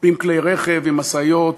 עם כלי רכב, עם משאיות,